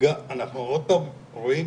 אנחנו עוד פעם רואים